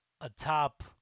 atop